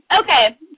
okay